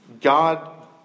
God